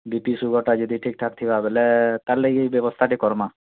BP ସୁଗାରଟା ଯଦି ଠିକଠାକ୍ ଥିବା ବୋଲେ ତା'ହେଲେ ଏଇ ବ୍ୟବସ୍ଥା ଟିକେ କରମା